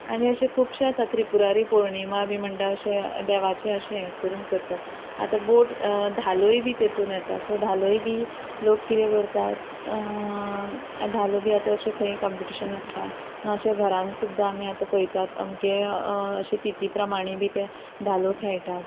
आनी अशे खुबशे आसा त्रिपुरारी पौर्णिमा बी म्हणटा अशे देवाचे अशें हें करून करतात आतां बोट धालोय बी तेतून येता सो धालोय बी लोक कितें करतात धालो बी आतां अशे खंय कंपिटिशन आसता ना अशे घरान सुद्दां आमी आतां पळयतात अमके अशे तिती प्रमाणे बी ते धालो खेळटात